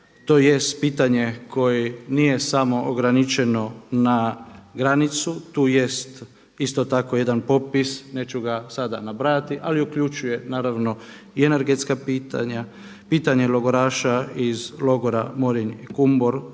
tj. pitanje koje nije samo ograničeno na granicu. Tu jest isto tako jedan popis, neću ga sada nabrajati, ali uključuje naravno i energetska pitanja, pitanja logoraša iz logora …/Govornik